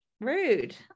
Rude